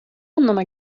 anlama